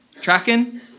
Tracking